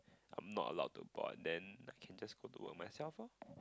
I'm not allowed to board then I can just go to work myself loh